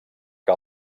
que